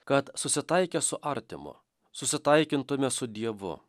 kad susitaikę su artimu susitaikintume su dievu